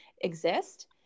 exist